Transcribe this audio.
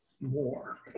more